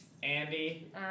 Andy